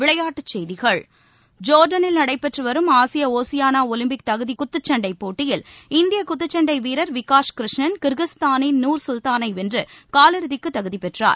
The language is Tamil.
விளையாட்டுச் செய்திகள் ஜோ்டனில் நடைபெற்றுவரும் ஆசிய ஒசியானா ஒலிம்பிக் தகுதி குத்துச் சண்டை போட்டியில் இந்திய குத்துச்சண்டை வீரர் விகாஸ் கிருஷ்ணன் கிர்கிஸ்தானின் நூர் கல்தானை வென்று காலிறுதிக்கு தகுதிப்பெற்றார்